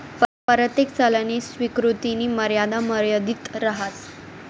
परतेक चलननी स्वीकृतीनी मर्यादा मर्यादित रहास